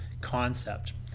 concept